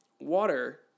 water